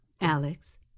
Alex